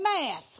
math